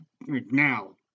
now